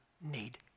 need